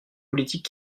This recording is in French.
politique